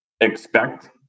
expect